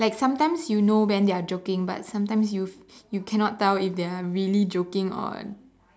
like sometimes you know when they are joking but sometimes you you cannot tell if they are really joking on